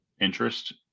interest